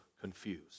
confused